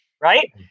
right